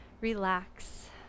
relax